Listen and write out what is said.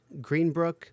Greenbrook